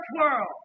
world